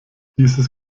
dieses